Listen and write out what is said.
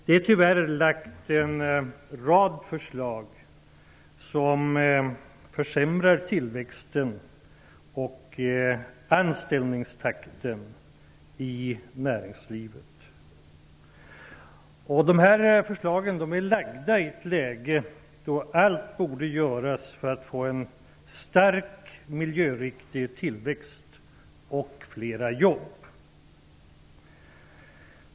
Det har tyvärr lagts fram en rad förslag som försämrar tillväxten och anställningstakten i näringslivet. Förslagen har lagts fram i ett läge då allt borde göras för att få en stark miljöriktig tillväxt och flera jobb.